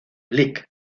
lic